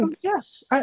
yes